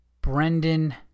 Brendan